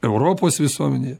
europos visuomenėje